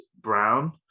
Brown